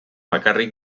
bakarrik